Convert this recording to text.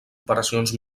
operacions